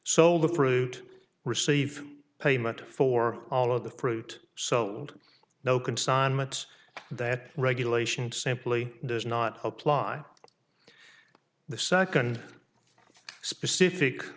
sold the fruit receive payment for all of the fruit so no consignments that regulation simply does not apply the second specific